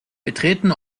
betreten